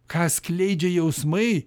ką skleidžia jausmai